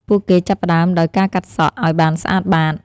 ពួកគេចាប់ផ្ដើមដោយ ការកាត់សក់ ឱ្យបានស្អាតបាត។